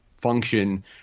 function